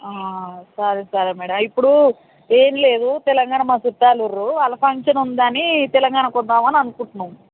సరే సరే మ్యాడమ్ ఇప్పుడు ఏమి లేదు తెలంగాణ మా చుట్టాలు ఉండ్రు అది ఫంక్షన్ ఉందని తెలంగాణకు వద్దామని అనుకుంటున్నాం